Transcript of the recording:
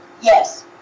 yes